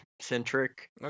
centric